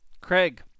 Craig